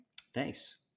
Thanks